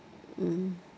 mm